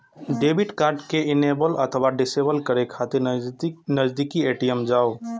debit card कें enable अथवा disable करै खातिर नजदीकी ए.टी.एम जाउ